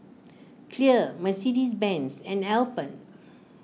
Clear Mercedes Benz and Alpen